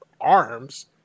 arms